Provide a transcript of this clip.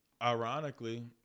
Ironically